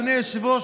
אדוני היושב-ראש,